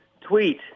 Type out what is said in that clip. tweet